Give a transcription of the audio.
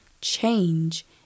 Change